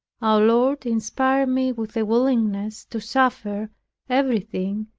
our lord inspired me with a willingness to suffer everything,